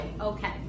Okay